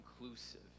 inclusive